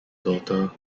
daughter